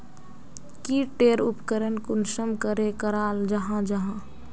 की टेर उपकरण कुंसम करे कराल जाहा जाहा?